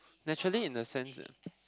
naturally in the sense that